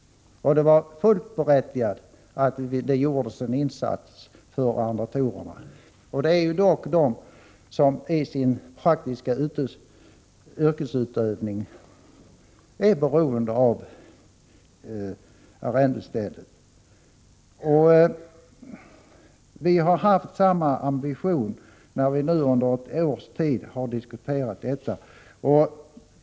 Det var fullt berättigat att det gjordes en insats för arrendatorerna. Det är dock de som i sin praktiska yrkesutövning är beroende av arrendestödet. Vi har haft samma ambition när vi nu under ett års tid har diskuterat detta.